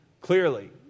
clearly